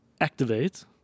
Activate